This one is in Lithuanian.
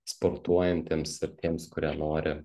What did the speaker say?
sportuojantiems ir tiems kurie nori